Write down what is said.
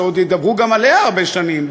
שעוד ידברו גם עליה הרבה שנים,